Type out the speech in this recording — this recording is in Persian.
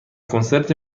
کنسرت